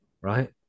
right